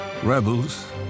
Rebels